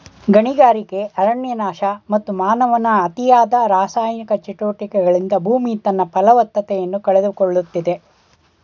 ಗಣಿಗಾರಿಕೆ, ಅರಣ್ಯನಾಶ, ಮತ್ತು ಮಾನವನ ಅತಿಯಾದ ರಾಸಾಯನಿಕ ಚಟುವಟಿಕೆಗಳಿಂದ ಭೂಮಿ ತನ್ನ ಫಲವತ್ತತೆಯನ್ನು ಕಳೆದುಕೊಳ್ಳುತ್ತಿದೆ